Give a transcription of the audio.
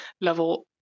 level